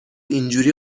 اینجوری